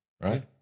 right